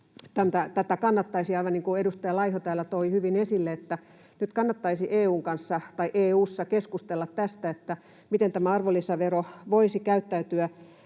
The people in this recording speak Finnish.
aivan niin kuin edustaja Laiho täällä toi hyvin esille, nyt kannattaisi EU:ssa keskustella tästä, miten tämä arvonlisävero voisi käyttäytyä